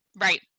right